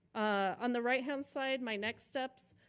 on the right hand side, my next ups,